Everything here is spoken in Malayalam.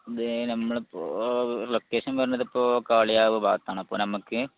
അതേ നമ്മൾ ഇപ്പോൾ ലൊക്കേഷൻ വരുന്നത് ഇപ്പോൾ കാളികാവ് ഭാഗത്താണ് അപ്പം നമുക്ക്